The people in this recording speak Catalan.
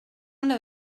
una